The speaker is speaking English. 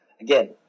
Again